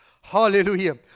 Hallelujah